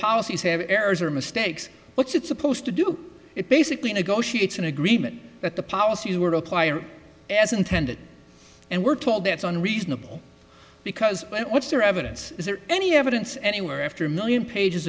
policies have errors or mistakes what's that supposed to do it basically negotiates an agreement that the policies were applying as intended and we're told that's unreasonable because what's there evidence is there any evidence anywhere after a million pages